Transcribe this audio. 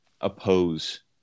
oppose